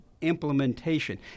implementation